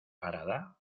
parada